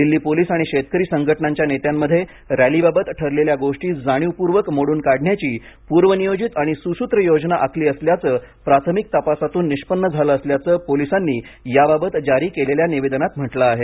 Delhi police आणि शेतकरी संघटनांच्या नेत्यांमध्ये रॅलीबाबत ठरलेल्या गोष्टी जाणीवपूर्वक मोडून काढण्याची पूर्व नियोजित आणि सुसूत्र योजना आखली असल्याचं प्राथमिक तपासून निष्पन्न झालं असल्याचं पोलिसांनी याबाबत जारी केलेल्या निवेदनात म्हटलं आहे